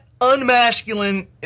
unmasculine